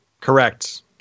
Correct